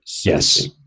Yes